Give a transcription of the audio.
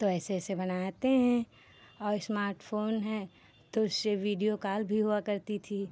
तो ऐसे ऐसे बनाते हैं और स्मार्ट फ़ोन है तो उससे वीडियो कॉल भी हुआ करती थी